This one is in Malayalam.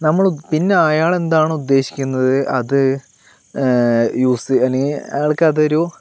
നമ്മള് പിന്നെ അയാളെന്താണ് ഉദ്ദേശിക്കുന്നത് അത് യൂസ് അല്ലെങ്കിൽ അയാൾക്ക് അതൊരു